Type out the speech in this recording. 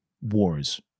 wars